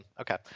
Okay